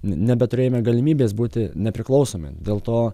nebeturėjome galimybės būti nepriklausomi dėl to